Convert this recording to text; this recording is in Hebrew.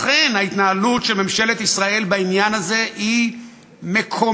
לכן ההתנהלות של ממשלת ישראל בעניין הזה היא מקוממת.